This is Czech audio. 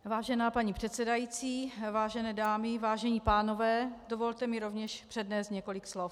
Vážená paní předsedající, vážené dámy, vážení pánové, dovolte mi rovněž přednést několik slov.